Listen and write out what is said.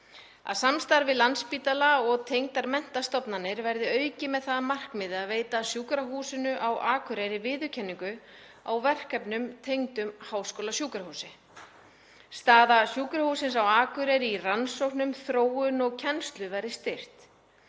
1. Samstarf við Landspítala og tengdar menntastofnanir verði aukið með það að markmiði að veita Sjúkrahúsinu á Akureyri viðurkenningu á verkefnum tengdum háskólasjúkrahúsi. 2. Staða Sjúkrahússins á Akureyri í rannsóknum, þróun og kennslu verði styrkt.